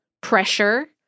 pressure